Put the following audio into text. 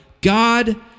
God